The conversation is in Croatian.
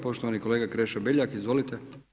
Poštovani kolega Krešo Beljak, izvolite.